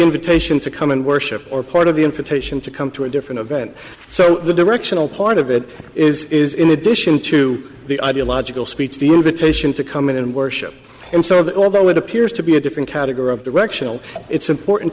invitation to come in worship or part of the information to come to a different event so the directional part of it is is in addition to the ideological speech deal of attention to come in and worship and serve although it appears to be a different category of directional it's important